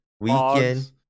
weekend